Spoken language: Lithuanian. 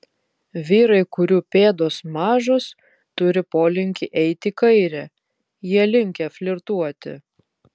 vyrai kurių pėdos mažos turi polinkį eiti į kairę jie linkę flirtuoti